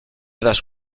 das